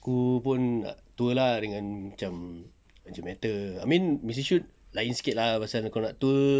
aku pun nak tour lah dengan macam urgent matter I mean missy shoot lain sikit lah pasal kalau nak tour